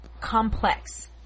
complex